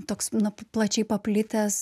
toks na plačiai paplitęs